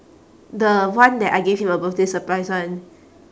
the one that I gave him a birthday surprise [one]